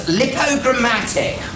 lipogrammatic